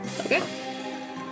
Okay